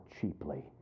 cheaply